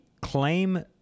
claim